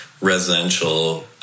residential